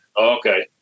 Okay